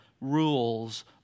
rules